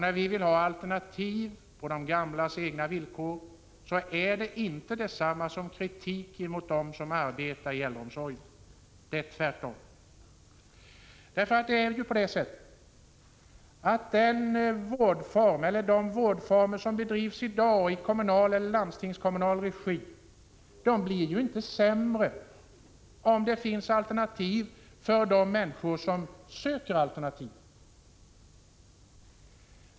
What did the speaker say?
När vi vill ha alternativ på de gamlas egna villkor, är det inte detsamma som kritik mot dem som arbetar inom äldreomsorgen, utan tvärtom. De vårdformer som bedrivs i dag i kommunal eller landstingskommunal regi blir inte sämre, om det finns alternativ för de människor som söker alternativ.